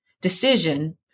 decision